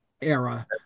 era